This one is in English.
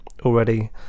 already